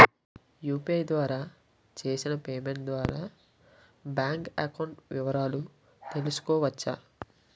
UPI ద్వారా చేసిన payment ద్వారా బ్యాంక్ అకౌంట్ వివరాలు తెలుసుకోవచ్చ?